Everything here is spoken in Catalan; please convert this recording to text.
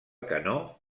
canó